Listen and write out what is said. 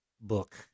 book